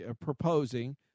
proposing –